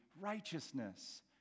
righteousness